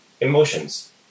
emotions